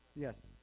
yes